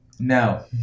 No